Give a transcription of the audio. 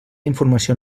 informació